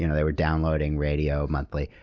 you know they were downloading radio monthly.